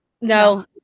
No